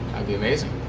be amazing.